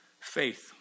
faith